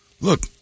look